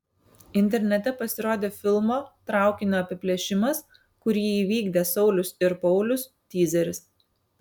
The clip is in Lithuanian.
internete pasirodė filmo traukinio apiplėšimas kurį įvykdė saulius ir paulius tyzeris